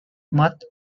mutt